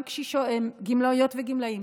גם גמלאיות וגמלאים,